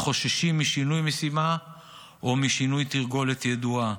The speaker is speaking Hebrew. וחוששים משינוי משימה או משינוי תרגולת ידועה.